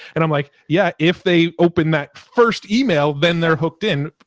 and i'm like, yeah, if they open that first email, then they're hooked in.